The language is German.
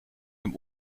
dem